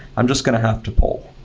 i'm just going to have to pull.